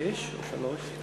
שש או שלוש?